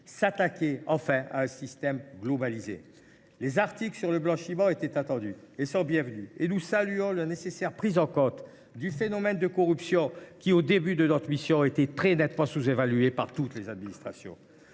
s’attaquer à un système globalisé. Les articles sur le blanchiment étaient attendus, ils sont bienvenus. Nous saluons la nécessaire prise en compte de la corruption, phénomène qui était très nettement sous évalué par toutes les administrations